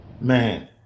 Man